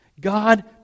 God